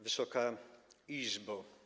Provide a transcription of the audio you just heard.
Wysoka Izbo!